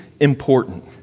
important